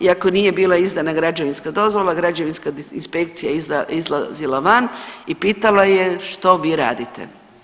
I ako nije bila izdana građevinska dozvola, građevinska inspekcija je izlazila van i pitala je što vi radite.